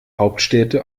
hauptstädte